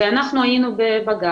ואנחנו היינו ברבנות